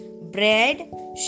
bread